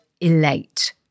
elate